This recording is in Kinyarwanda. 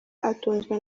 atunzwe